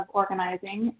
organizing